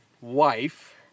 wife